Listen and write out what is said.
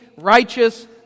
righteous